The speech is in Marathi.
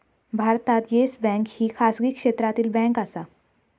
भारतात येस बँक ही खाजगी क्षेत्रातली बँक आसा